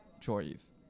choice